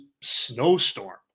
snowstorm